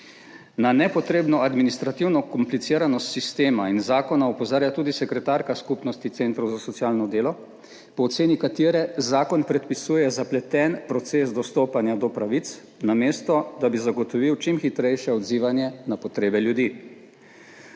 Na nepotrebno administrativno kompliciranost sistema in zakona opozarja tudi sekretarka Skupnosti centrov za socialno delo, po oceni katere zakon predpisuje zapleten proces dostopanja do pravic, namesto da bi zagotovil čim hitrejše odzivanje na potrebe ljudi.